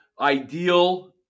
ideal